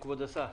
כבוד השר,